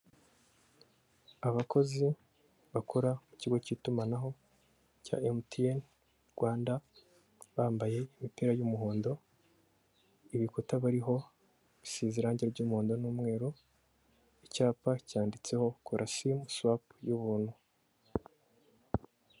Abakozi bakora mu kigo cy'itumanaho cya emutiyeni Rwanda bambaye imipira y'umuhondo ibikuta bariho bisize irangi ry'umuhondo n'umweru icyapa cyanditseho kora simusuwapu y'ubuntu.